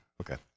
Okay